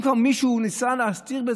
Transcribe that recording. אם מישהו ניסה להסתיר,